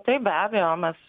taip be abejo mes